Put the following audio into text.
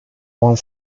one